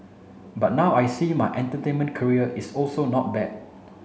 but now I see my entertainment career is also not bad